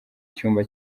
cyumba